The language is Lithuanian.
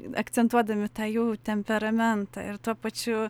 akcentuodami tą jų temperamentą ir tuo pačiu